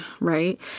right